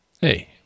hey